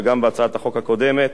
וגם בהצעת החוק הקודמת,